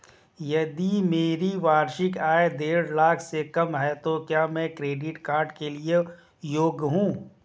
यदि मेरी वार्षिक आय देढ़ लाख से कम है तो क्या मैं क्रेडिट कार्ड के लिए योग्य हूँ?